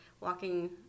walking